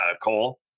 Cole